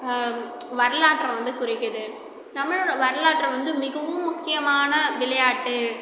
வரலாற்றை வந்து குறிக்குது தமிழோட வரலாற்று வந்து மிகவும் முக்கியமான விளையாட்டு